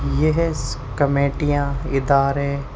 یہ ہیں کمیٹیاں ادارے